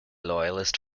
loyalist